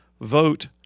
vote